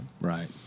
Right